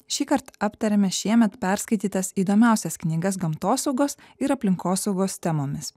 šįkart aptariame šiemet perskaitytas įdomiausias knygas gamtosaugos ir aplinkosaugos temomis